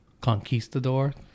Conquistador